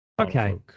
Okay